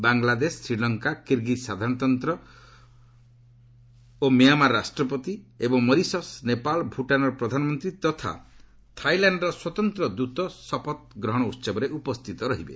Bangladesh Sri Lanka Kyrgyz ସାଧାରଣତନ୍ତ ଓ Myanmar ରାଷ୍ଟ୍ରପତି ଏବଂ Mauritius Nepal ଭୁଟାନର ପ୍ରଧାନମନ୍ତ୍ରୀ ତଥା ଥାଇଲ୍ୟାଣ୍ଡର ସ୍ୱତନ୍ତ୍ର ଦୂତ ଶପଥ ଗ୍ରହଣ ଉତ୍ସବରେ ଉପସ୍ଥିତ ରହିବେ